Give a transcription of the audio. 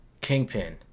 kingpin